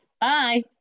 Bye